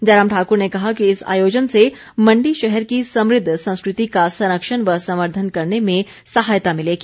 जयराम ठाकुर ने कहा कि इस आयोजन से मंडी शहर की समृद्ध संस्कृति का संरक्षण व संवर्धन करने में सहायता मिलेगी